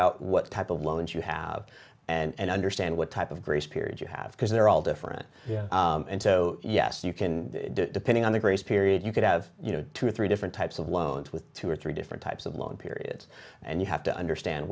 out what type of loans you have and understand what type of grace period you have because they're all different and so yes you can depending on the grace period you could have you know two or three different types of loans with two or three different types of long periods and you have to understand